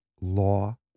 law